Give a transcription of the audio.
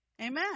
Amen